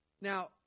now